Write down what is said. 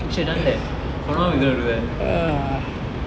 we should have done that for now we going to do that